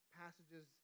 passages